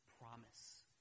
promise